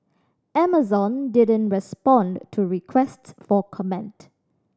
Amazon didn't respond to requests for comment